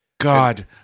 God